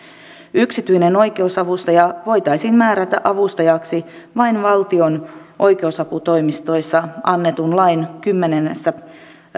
yksityinen oikeusavustaja voitaisiin määrätä avustajaksi vain valtion oikeusaputoimistoista annetun lain kymmenennessä